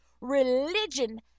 Religion